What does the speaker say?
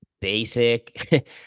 basic